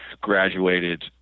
graduated